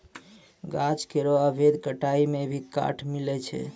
गाछ केरो अवैध कटाई सें भी काठ मिलय छै